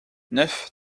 neuf